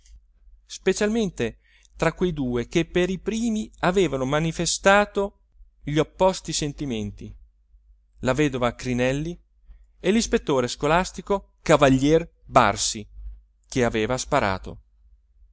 specialmente tra quei due che per i primi avevano manifestato gli opposti sentimenti la vedova crinelli e l'ispettore scolastico cavalier barsi che aveva sparato